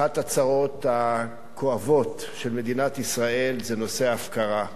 אחת הצרות הכואבות של מדינת ישראל זה נושא ההפקרה.